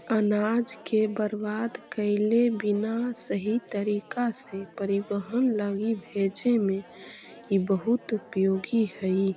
अनाज के बर्बाद कैले बिना सही तरीका से परिवहन लगी भेजे में इ बहुत उपयोगी हई